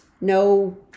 no